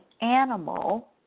animal